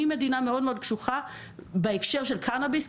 ממדינה מאוד קשוחה בהקשר של קנאביס,